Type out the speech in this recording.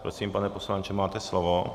Prosím, pane poslanče, máte slovo.